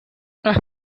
ach